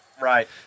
right